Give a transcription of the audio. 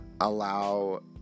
allow